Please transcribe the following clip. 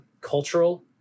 cultural